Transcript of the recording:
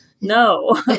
No